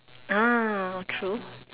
ah oh true